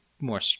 more